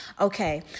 Okay